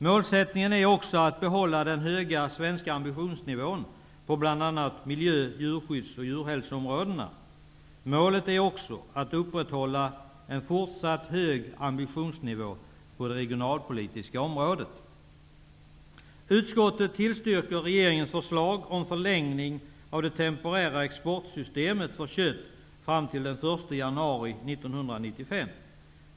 Målsättningen är också att behålla den höga svenska nivån på bl.a. miljö-, djurskydds och djurhälsoområdena. Målet är också att upprätthålla en fortsatt hög ambitionsnivå på det regionalpolitiska området. Utskottet tillstyrker regeringens förslag om förlängning av det temporära exportsystemet för köp fram till den 1 januari 1995.